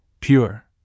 pure